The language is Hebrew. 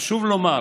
חשוב לומר